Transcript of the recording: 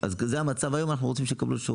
וזה המצב היום ואנחנו רוצים שהוא...